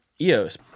EOS